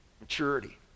maturity